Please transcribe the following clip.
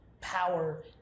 power